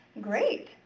Great